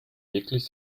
wirklich